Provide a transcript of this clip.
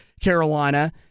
Carolina